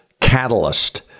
catalyst